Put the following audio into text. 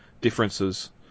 differences